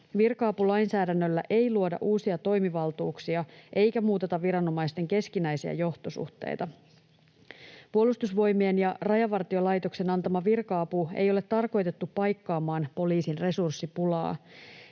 Virka-apulainsäädännöllä ei luoda uusia toimivaltuuksia eikä muuteta viranomaisten keskinäisiä johtosuhteita. Puolustusvoimien ja Rajavartiolaitoksen antama virka-apu ei ole tarkoitettu paikkaamaan poliisin resurssipulaa.